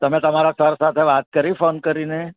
તમે તમારા સર સાથે વાત કરી ફોન કરીને